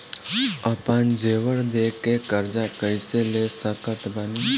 आपन जेवर दे के कर्जा कइसे ले सकत बानी?